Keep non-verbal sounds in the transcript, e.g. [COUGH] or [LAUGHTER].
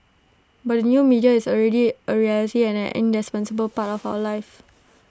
but the new media is already A reality and an indispensable [NOISE] part of our lives